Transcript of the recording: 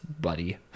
buddy